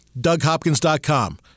DougHopkins.com